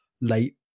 late